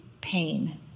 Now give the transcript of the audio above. pain